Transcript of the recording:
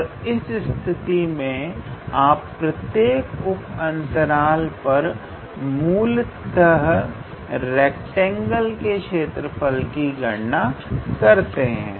और इस स्थिति में आप प्रत्येक उप अंतराल पर मूलतः रैक्टेंगल के क्षेत्रफल की गणना करते हैं